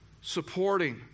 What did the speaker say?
supporting